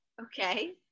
Okay